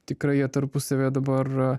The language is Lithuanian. tikrai jie tarpusavyje dabar